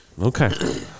okay